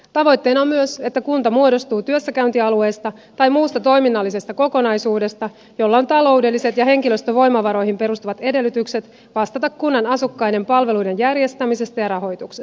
tavoitteena on myös että kunta muodostuu työssäkäyntialueesta tai muusta toiminnallisesta kokonaisuudesta jolla on taloudelliset ja henkilöstövoimavaroihin perustuvat edellytykset vastata kunnan asukkaiden palveluiden järjestämisestä ja rahoituksesta